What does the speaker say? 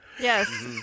Yes